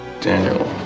Daniel